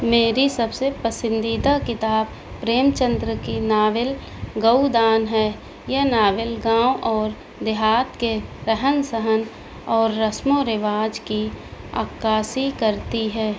میری سب سے پسندیدہ کتاب پریم چندر کی ناول گؤدان ہے یہ ناول گاؤں اور دیہات کے رہن سہن اور رسم و رواج کی عکاسی کرتی ہے